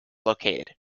located